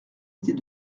était